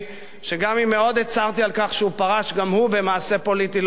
שגם אם מאוד הצרתי על כך שהוא פרש גם הוא במעשה פוליטי לא ראוי,